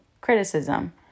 criticism